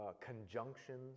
conjunctions